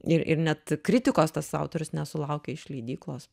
ir ir net kritikos tas autorius nesulaukia iš leidyklos